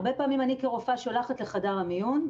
הרבה פעמים אני כרופאה שולחת לחדר המיון,